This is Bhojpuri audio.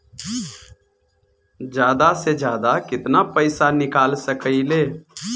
जादा से जादा कितना पैसा निकाल सकईले?